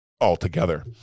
altogether